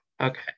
Okay